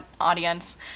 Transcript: audience